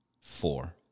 four